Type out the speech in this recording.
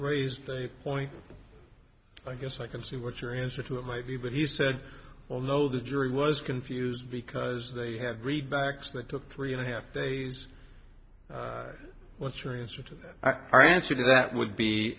raised a point i guess i can see what your answer to it might be but he said well no the jury was confused because they had read backs that took three and a half days what's your answer to that our answer to that would be